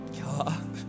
God